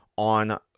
On